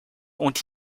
ont